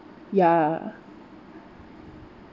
ya